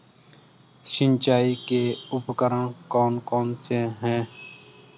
सिंचाई के उपकरण कौन कौन से हैं?